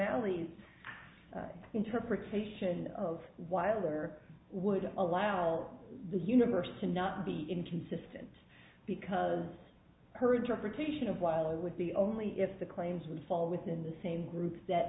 alley's interpretation of wilder would allow the universe to not be inconsistent because her petition a while ago would be only if the claims would fall within the same group that